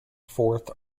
fourth